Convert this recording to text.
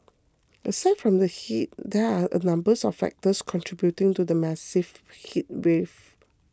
aside from the heat there are a number of factors contributing to the massive heatwave